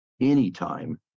anytime